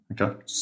Okay